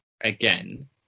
again